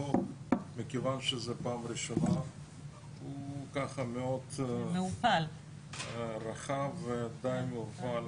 מכיוון שזו פעם ראשונה החוק הוא ככה מאוד רחב ודי מעורפל